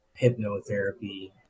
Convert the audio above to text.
hypnotherapy